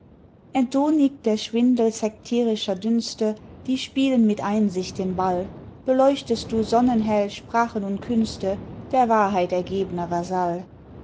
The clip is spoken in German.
entohnigt der schwindel sectirischer dünste die spielen mit einsicht den ball beleuchtest du sonnenhell sprachen und künste der wahrheit ergebener